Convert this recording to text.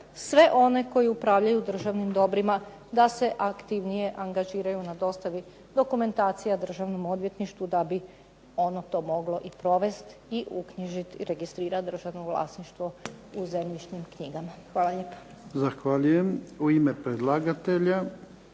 sve one koji upravljaju državnim dobrima da se aktivnije angažiraju na dostavi dokumentacija Državnom odvjetništvu da bi ono to moglo i provesti i uknjižiti i registrirati državno vlasništvo u zemljišnim knjigama. Hvala lijepo. **Jarnjak, Ivan (HDZ)** Zahvaljujem. U ime predlagatelja